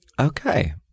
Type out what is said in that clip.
Okay